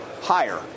higher